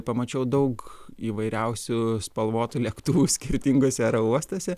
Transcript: pamačiau daug įvairiausių spalvotų lėktuvų skirtinguose aerouostuose